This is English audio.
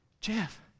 Jeff